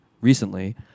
recently